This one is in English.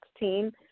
2016